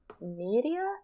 media